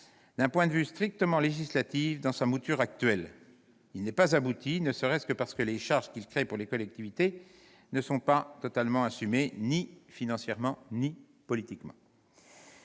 D'un point de vue strictement législatif, dans sa mouture actuelle, il n'est pas abouti, ne serait-ce que parce que les charges qu'il crée pour les collectivités ne sont pas assumées, ni financièrement ni politiquement.